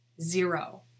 zero